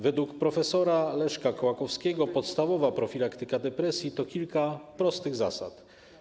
Według prof. Leszka Kołakowskiego podstawowa profilaktyka depresji to kilka prostych zasad.